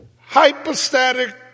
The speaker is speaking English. hypostatic